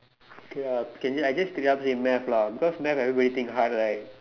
K lah can just I just did it up say math lah because math everybody think hard right